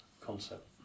concept